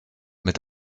mit